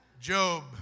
Job